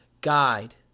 guide